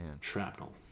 shrapnel